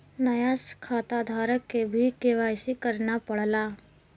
नया खाताधारक के भी के.वाई.सी करना पड़ला